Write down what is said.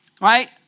right